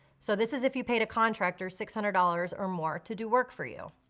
so this is if you paid a contractor six hundred dollars or more to do work for you?